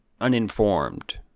uninformed